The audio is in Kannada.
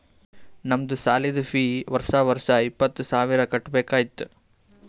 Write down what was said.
ನಮ್ದು ಸಾಲಿದು ಫೀ ವರ್ಷಾ ವರ್ಷಾ ಇಪ್ಪತ್ತ ಸಾವಿರ್ ಕಟ್ಬೇಕ ಇತ್ತು